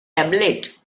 tablet